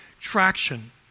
traction